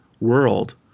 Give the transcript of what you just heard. world